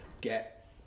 get